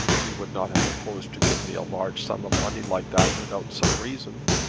you would not have proposed to give me a large sum of money like that without some reason.